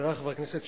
חברי חברי הכנסת,